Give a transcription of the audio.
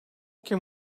can